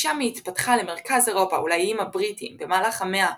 משם היא התפתחה למרכז אירופה ולאיים הבריטיים במהלך המאה